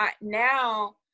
Now